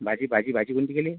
भाजी भाजी भाजी कोणती केली आहे